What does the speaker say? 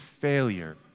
failure